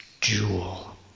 jewel